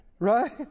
Right